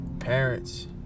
Parents